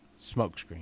smokescreen